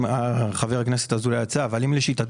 אם לשיטתו של חבר הכנסת אזולאי לא נגבה,